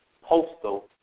postal